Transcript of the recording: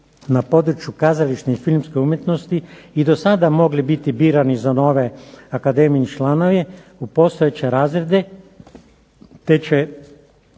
na području kazališne i filmske umjetnosti i do sada mogli biti birani za nove akademine članove u postojeće razrede, te će